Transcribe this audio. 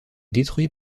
détruit